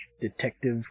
detective